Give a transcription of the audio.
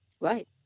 Right